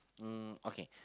um okay